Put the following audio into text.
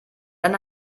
eine